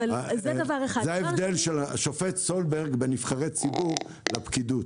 זה ההבדל של השופט סולברג בין נבחרי ציבור לפקידות.